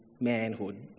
manhood